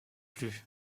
plus